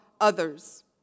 others